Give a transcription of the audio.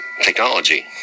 technology